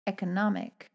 Economic